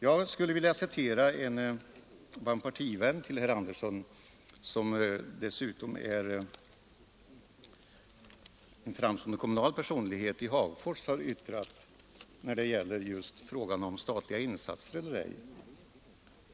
Jag skulle vilja citera något av vad en partivän till herr Andersson — som dessutom är en framstående kommunal personlighet i Hagfors — har yttrat när det gäller just frågan om statliga insatser eller ej.